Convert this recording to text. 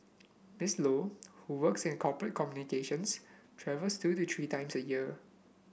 Miss Low who works in corporate communications travels two to three times a year